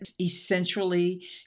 essentially